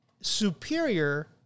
superior